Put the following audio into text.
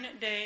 day